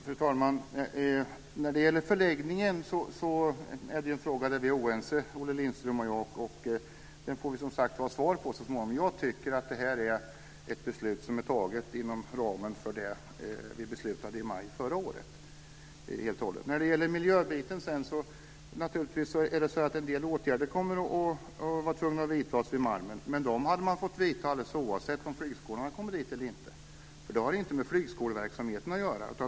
Fru talman! När det gäller förläggningen är Olle Lindström och jag oense. Vi får som sagt svar så småningom. Jag tycker att det helt och hållet ligger inom ramen för det vi beslutade i maj förra året. En del miljöåtgärder kommer att vara tvungna att vidtas vid Malmen, men dem hade man fått vidta oavsett om flygskolan hade kommit dit eller inte. Det har ingenting med flygskoleverksamheten att göra.